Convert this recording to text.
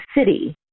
city